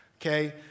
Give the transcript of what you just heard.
okay